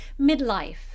midlife